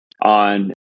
on